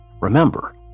Remember